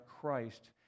Christ